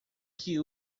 que